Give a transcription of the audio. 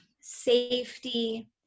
safety